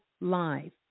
live